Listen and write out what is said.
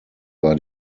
war